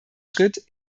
schritt